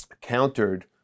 countered